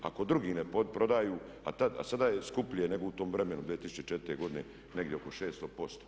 Ako drugi ne prodaju, a sada je skuplje nego u tom vremenu 2004. godine negdje oko 600%